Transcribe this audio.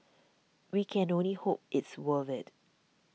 we can only hope it's worth it